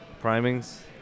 Priming's